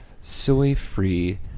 soy-free